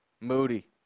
Moody